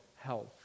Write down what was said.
health